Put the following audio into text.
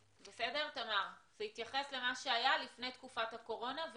זה התייחס למה שהיה לפני תקופת הקורונה,